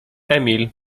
emil